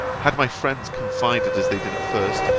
had my friends confided as they did at first,